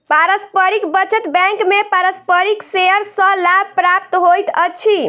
पारस्परिक बचत बैंक में पारस्परिक शेयर सॅ लाभ प्राप्त होइत अछि